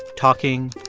talking,